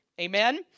Amen